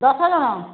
ଦଶ ଜଣ